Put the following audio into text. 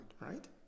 right